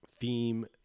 theme